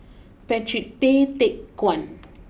Patrick Tay Teck Guan